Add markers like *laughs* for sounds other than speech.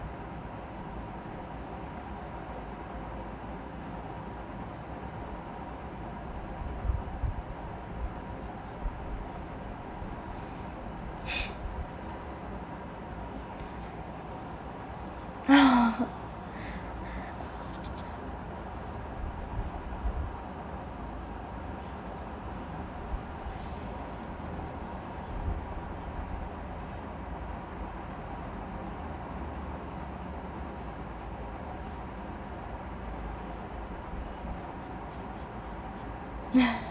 *laughs* *laughs* *laughs*